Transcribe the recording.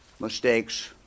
mistakes